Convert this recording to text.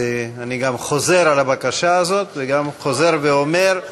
אני גם חוזר על הבקשה הזאת, וגם חוזר ואומר: